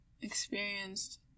experienced